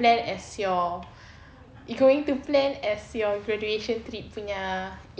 plan as your you going to plan as your graduation trip punya